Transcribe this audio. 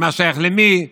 מה שייך למי,